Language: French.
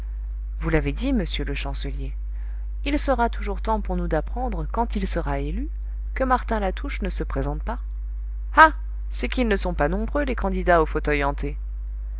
vous l'avez dit monsieur le chancelier il sera toujours temps pour nous d'apprendre quand il sera élu que martin latouche ne se présente pas ah c'est qu'ils ne sont pas nombreux les candidats au fauteuil hanté